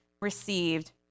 received